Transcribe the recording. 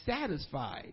satisfied